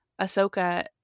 Ahsoka